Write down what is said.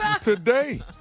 Today